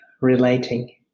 relating